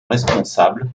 responsable